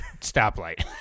Stoplight